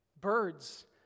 birds